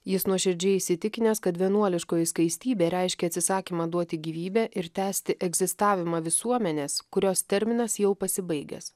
jis nuoširdžiai įsitikinęs kad vienuoliškoji skaistybė reiškia atsisakymą duoti gyvybę ir tęsti egzistavimą visuomenės kurios terminas jau pasibaigęs